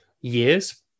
years